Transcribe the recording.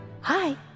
Hi